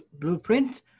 Blueprint